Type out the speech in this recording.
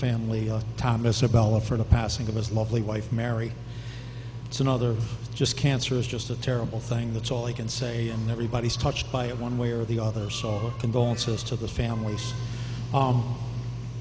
family of thomas about the for the passing of his lovely wife mary it's another just cancer is just a terrible thing that's all i can say and everybody's touched by it one way or the other so condolences to the families